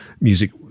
music